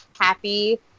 happy